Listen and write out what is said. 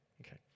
okay